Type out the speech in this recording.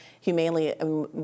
humanely